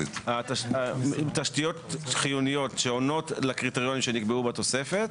תשתיות חיוניות שעונות לקריטריונים שנקבעו בתוספת,